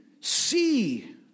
see